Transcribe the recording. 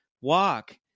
walk